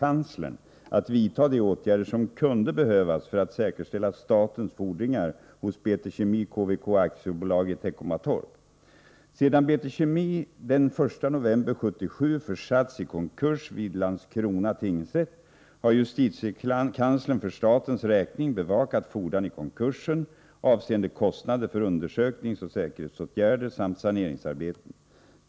att vidta de åtgärder som kunde behövas för att säkerställa statens fordringar hos BT Kemi KVK Aktiebolag i Teckomatorp. Sedan BT Kemi KVK Aktiebolag den 1 november 1977 försatts i konkurs vid Landskrona tingsrätt har justitiekanslern för statens räkning bevakat fordran i konkursen, avseende kostnader för undersökningsoch säkerhetsåtgärder samt saneringsarbeten.